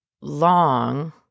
long